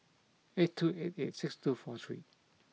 eight two eight eight six two four three